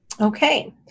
Okay